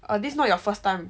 err this not your first time